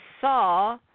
saw